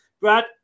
Brad